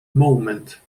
moment